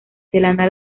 zelanda